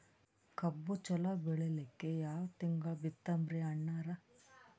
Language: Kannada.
ಕಬ್ಬು ಚಲೋ ಬೆಳಿಲಿಕ್ಕಿ ಯಾ ತಿಂಗಳ ಬಿತ್ತಮ್ರೀ ಅಣ್ಣಾರ?